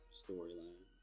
storyline